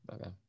Okay